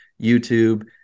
YouTube